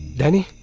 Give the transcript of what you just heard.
danny.